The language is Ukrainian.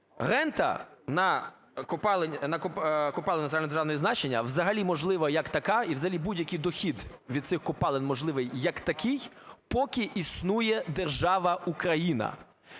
Рента на копалини загальнодержавного значення взагалі можлива як така і взагалі будь-який дохід від цих копалин можливий як такий, поки існує держава Україна.